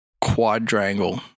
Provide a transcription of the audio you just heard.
quadrangle